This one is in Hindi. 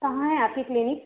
कहाँ है आपकी क्लीनिक